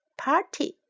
party